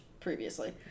previously